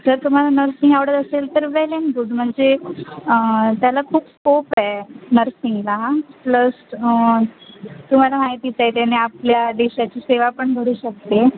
जर तुम्हाला नर्सिंग आवडत असेल तर वेल एन गुड म्हणजे त्याला खूप स्कोप आहे नर्सिंगला प्लस तुम्हाला माहितीच आहे त्याने आपल्या देशाची सेवा पण घडू शकते